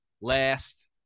last